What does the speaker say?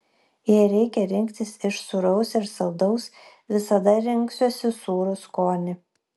jei reikia rinktis iš sūraus ir saldaus visada rinksiuosi sūrų skonį